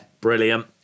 brilliant